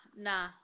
Nah